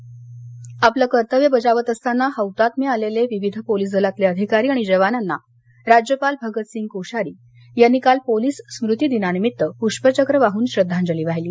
police स्मती दिन आपलं कर्तव्य बजावत असताना हौतात्म्य आलेले विविध पोलीस दलातले अधिकारी आणि जवानांना राज्यपाल भगत सिंह कोश्यारी यांनी काल पोलीस स्मुती दिनानिमित्त पृष्पचक्र वाहन श्रध्दांजली वाहिली